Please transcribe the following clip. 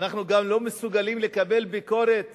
אנחנו גם לא מסוגלים לקבל ביקורת